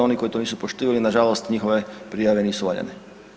Oni koji to nisu poštivali na žalost njihove prijave nisu valjane.